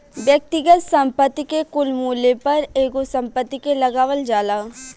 व्यक्तिगत संपत्ति के कुल मूल्य पर एगो संपत्ति के लगावल जाला